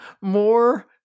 more